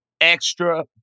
extra